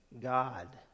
God